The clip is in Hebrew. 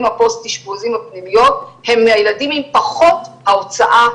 הפוסט אשפוזים בפנימיות הם הילדים הם פחות הוצאה,